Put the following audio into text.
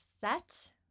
set